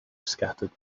scattered